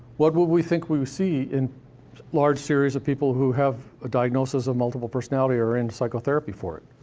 what would we think we would see in large series of people who have a diagnosis of multiple personality or are in psychotherapy for it?